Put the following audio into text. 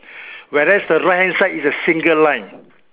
whereas the right hand side is a single line